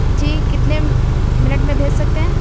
جی کتنے منٹ میں بھیج سکتے ہیں